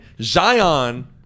Zion